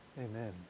Amen